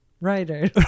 Writer